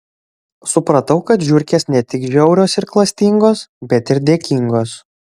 supratau kad žiurkės ne tik žiaurios ir klastingos bet ir dėkingos